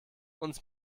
uns